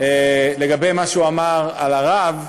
לגבי מה שהוא אמר על הרב.